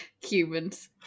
Humans